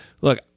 Look